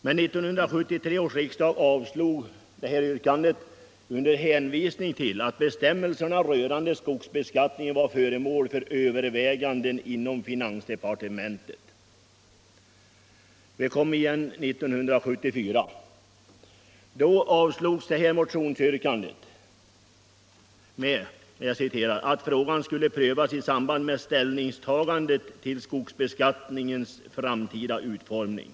Men den gången avslog riksdagen vårt motionsyrkande under hänvisning till att bestämmelserna rörande skogsbeskattningen var föremål för överväganden inom finansdepartementet. Vi kom igen 1974. Då avslogs motionsyrkandet med att frågan skulle prövas i samband med ställningstagandet till skogsbeskattningens framtida utformning.